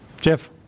Jeff